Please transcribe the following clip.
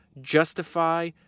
Justify